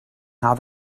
how